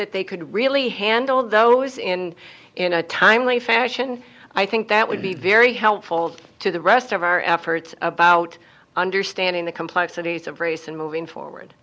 that they could really handle those in in a timely fashion i think that would be very helpful to the rest of our efforts about understanding the complexities of race and moving forward